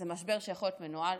זה משבר שיכול להיות מנוהל,